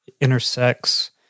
intersects